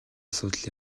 асуудал